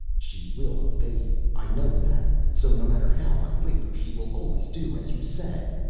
she will obey you, i know that, so no matter how i labor she will always do as you say.